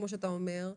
כמו שאתה אומר,